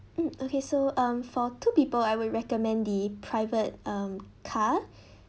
mm okay so um for two people I would recommend the private um car